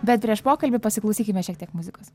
bet prieš pokalbį pasiklausykime šiek tiek muzikos